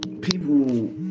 People